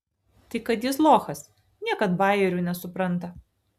tai kad jis lochas niekad bajerių nesupranta